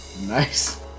Nice